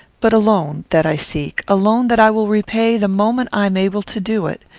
but a loan, that i seek a loan that i will repay the moment i am able to do it.